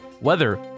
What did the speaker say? weather